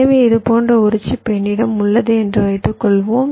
எனவே இது போன்ற ஒரு சிப் என்னிடம் உள்ளது என்று வைத்துக்கொள்வோம்